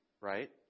right